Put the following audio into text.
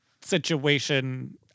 situation